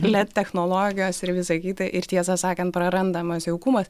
led technologijos ir visa kita ir tiesą sakant prarandamas jaukumas